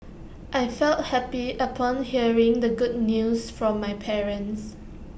I felt happy upon hearing the good news from my parents